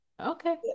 okay